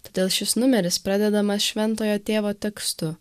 todėl šis numeris pradedamas šventojo tėvo tekstu